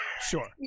Sure